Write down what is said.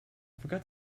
forgot